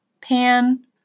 pan